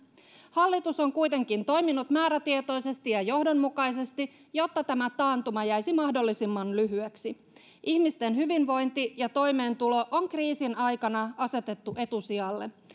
hallitus on kuitenkin toiminut määrätietoisesti ja johdonmukaisesti jotta tämä taantuma jäisi mahdollisimman lyhyeksi ihmisten hyvinvointi ja toimeentulo on kriisin aikana asetettu etusijalle